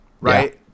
right